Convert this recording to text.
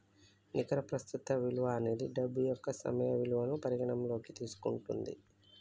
నికర ప్రస్తుత విలువ అనేది డబ్బు యొక్క సమయ విలువను పరిగణనలోకి తీసుకుంటది